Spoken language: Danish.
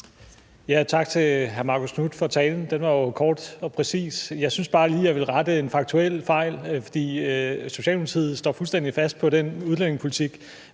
Tak til hr. Marcus Knuth for talen. Den var jo kort og præcis. Jeg synes bare lige, jeg vil rette en faktuel fejl, for Socialdemokratiet står fuldstændig fast på den udlændingepolitik,